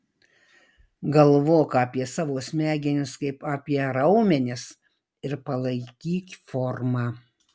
galvok apie savo smegenis kaip apie raumenis ir palaikyk formą